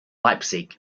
leipzig